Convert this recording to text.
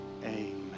amen